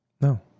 no